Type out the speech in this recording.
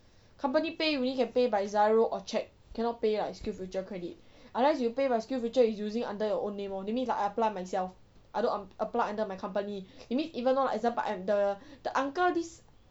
company pay only can pay by giro or cheque cannot pay like skills future credit unless you pay by skills future is using under your own name lor that means I apply myself I don't apply under my company that means even though myself but the the uncle this